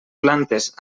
plantes